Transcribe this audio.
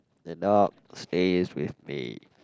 the dog stays with me